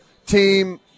Team